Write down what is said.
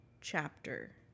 chapter